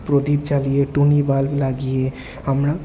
প্রদীপ জ্বালিয়ে টুনি বাল্ব লাগিয়ে আমরা